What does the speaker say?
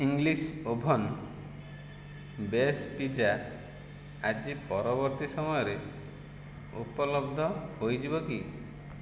English oven base pizza ଆଜି ପରବର୍ତ୍ତୀ ସମୟରେ ଉପଲବ୍ଧ ହୋଇଯିବ କି